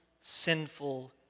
sinful